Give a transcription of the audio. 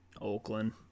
Oakland